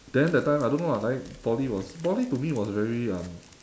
then that time I don't know ah like poly was poly to me was very um